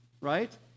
Right